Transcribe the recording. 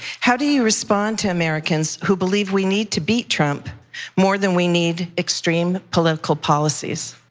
how do you respond to americans who believed we need to beat trump more than we need extreme political policies?